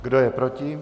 Kdo je proti?